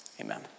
amen